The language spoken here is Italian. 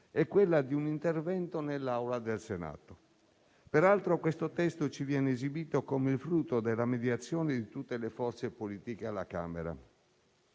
è quella di un intervento nell'Aula del Senato. Peraltro, questo testo ci viene esibito come il frutto della mediazione di tutte le forze alla Camera,